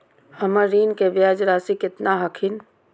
हमर ऋण के ब्याज रासी केतना हखिन?